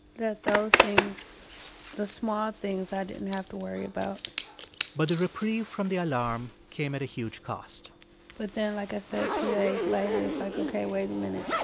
that those things the small things i didn't have to worry about but the reprieve from the alarm came at a huge cost but then, like i said, two days later it's like, ok, wait a minute.